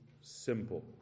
simple